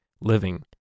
living